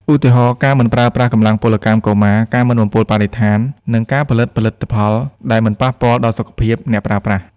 ឧទាហរណ៍ ការមិនប្រើប្រាស់កម្លាំងពលកម្មកុមារ ការមិនបំពុលបរិស្ថាន និងការផលិតផលិតផលដែលមិនប៉ះពាល់ដល់សុខភាពអ្នកប្រើប្រាស់។